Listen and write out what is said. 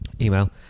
email